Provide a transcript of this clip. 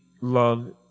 love